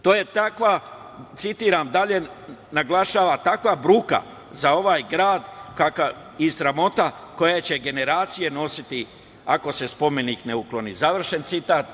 To je takva, citiram dalje - naglašavam, citiram – takva bruka za ovaj grad i sramota koju će generacije nositi ako se spomenik ne ukloni, završen citat.